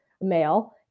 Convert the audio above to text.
male